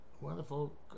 Wonderful